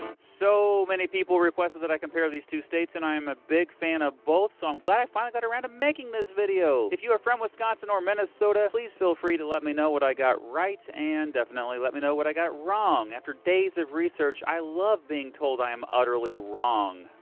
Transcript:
so many people requested that i compare these two states, and i am a big fan of both, so i'm glad i finally got around to making this video. if you are from wisconsin or minnesota, please feel free to let me know what i got right and definitely let me know what i got wrong. after days of research, i love being told i am utterly wrong.